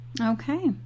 Okay